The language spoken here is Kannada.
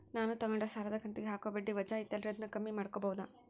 ನಾನು ತಗೊಂಡ ಸಾಲದ ಕಂತಿಗೆ ಹಾಕೋ ಬಡ್ಡಿ ವಜಾ ಐತಲ್ರಿ ಅದನ್ನ ಕಮ್ಮಿ ಮಾಡಕೋಬಹುದಾ?